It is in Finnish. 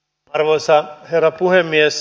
arvoisa herra puhemies